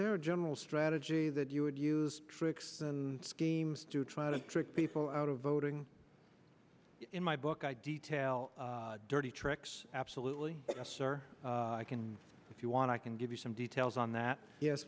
there a general strategy that you would use tricks schemes to try to trick people out of voting in my book i detail dirty tricks absolutely yes sir i can if you want i can give you some details on that yes